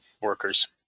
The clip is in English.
workers